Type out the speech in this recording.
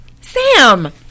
Sam